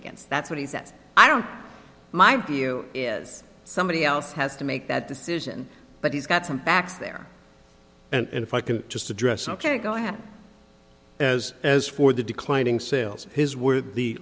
against that's what he says i don't my view is somebody else has to make that decision but he's got some facts there and if i can just address ok go ahead as as for the declining sales his were the